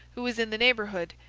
who was in the neighbourhood,